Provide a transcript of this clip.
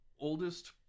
oldest